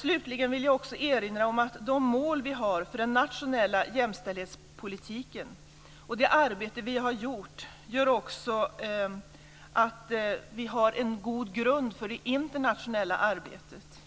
Slutligen vill jag erinra om att de mål som vi har för den nationella jämställdhetspolitiken och det arbete som vi har gjort gör också att vi har en god grund för det internationella arbetet,